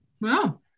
wow